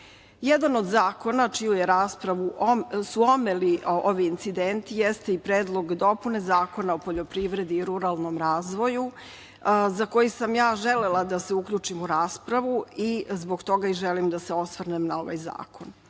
od zakona čiju je raspravu su omeli ovi incidenti jeste i predlog dopune Zakona o poljoprivredi i ruralnom razvoju za koji sam ja želela da se uključim u raspravu i zbog toga i želim da se osvrnem na ovaj zakon.